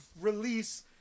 release